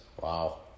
Wow